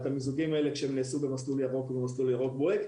הללו כשהם נעשו במסלול ירוק ובמסלול ירוק בוהק.